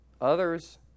Others